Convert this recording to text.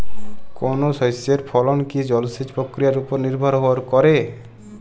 কোনো শস্যের ফলন কি জলসেচ প্রক্রিয়ার ওপর নির্ভর করে?